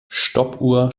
stoppuhr